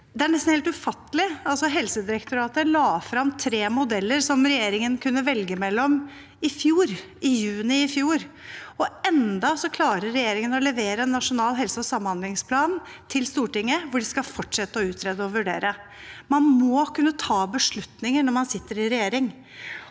Det er nesten helt ufattelig. Helsedirektoratet la i juni i fjor fram tre modeller regjeringen kunne velge mellom, og enda klarer regjeringen å levere en nasjonal helse- og samhandlingsplan til Stortinget hvor de skal fortsette å utrede og vurdere. Man må kunne ta beslutninger når man sitter i regjering.